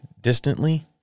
distantly